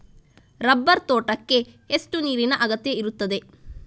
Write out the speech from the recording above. Rubber ತೋಟಕ್ಕೆ ಎಷ್ಟು ನೀರಿನ ಅಗತ್ಯ ಇರುತ್ತದೆ?